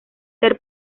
ser